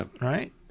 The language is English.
right